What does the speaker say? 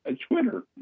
Twitter